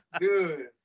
Dude